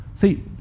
See